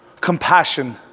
compassion